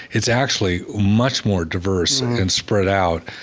it's actually much more diverse and spread out.